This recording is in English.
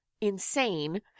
insane